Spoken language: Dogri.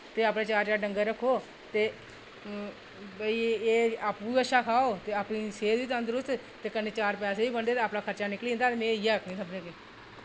ते अपने चार चार डंगर रक्खो ते भाई एह् आपूं बी अच्छा खाओ ते अपनी सेह्त बी तंदरुस्त ते कन्नै चार पैसे बनदे ते कन्नै अपना खर्चा निकली जंदा ते में इ'यै आक्खनी सभनीं अग्गै